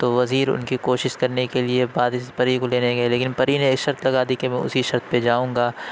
تو وزیر اُن كی كوشش كرنے كے لیے پری کو لینے کے لیے گیا لیکن پری نے ایک شرط لگا دی كہ وہ اُسی شرط پہ جاؤں گا